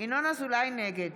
נגד